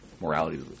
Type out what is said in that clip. morality